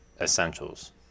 Essentials